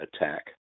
attack